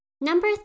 Number